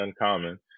uncommon